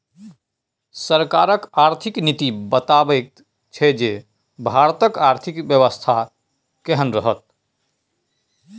सरकारक आर्थिक नीति बताबैत छै जे भारतक आर्थिक बेबस्था केहन रहत